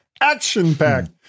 Action-packed